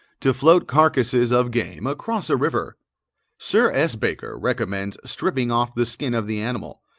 to float carcases of game across a river sir s. baker recommends stripping off the skin of the animal,